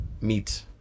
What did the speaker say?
meet